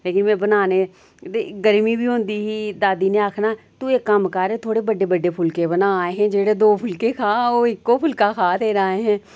लेकिन में बनाने ते गर्मी बी होंदी ही दादी ने आखना तू इक कम्म कर थोह्ड़े बड्डे बड्डे फुलके बना अहें जेह्ड़े दो फुलके खा ओह् इक्को फुलका खा तेरा अहें